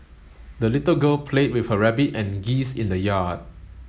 the little girl played with her rabbit and geese in the yard